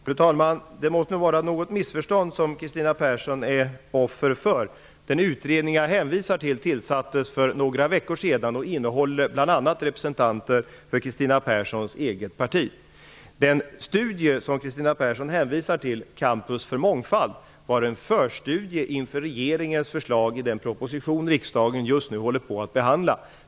Fru talman! Kristina Persson måste vara offer för något missförstånd. Den utredning som jag hänvisar till tillsattes för några veckor sedan. I den ingår bl.a. Den studie som Kristina Persson hänvisar till, Campus för mångfald, var en förstudie inför regeringens förslag i den proposition som riksdagen just nu behandlar.